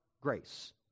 grace